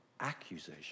accusation